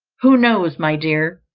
who knows, my dear,